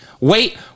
Wait